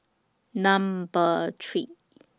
Number three